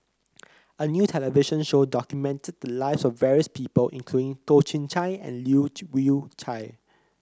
a new television show documented the lives of various people include Toh Chin Chye and Leu Yew Chye